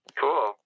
cool